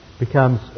becomes